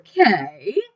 Okay